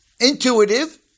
Intuitive